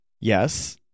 Yes